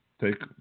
take